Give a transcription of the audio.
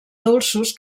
dolços